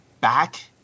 back